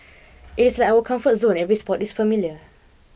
it is like our comfort zone every spot is familiar